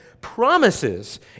promises